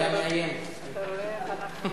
אתה רואה?